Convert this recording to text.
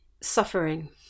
suffering